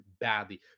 badly